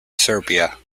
serbia